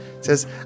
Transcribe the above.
Says